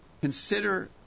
consider